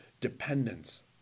dependence